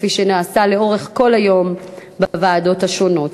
כפי שנעשה לאורך כל היום בוועדות השונות.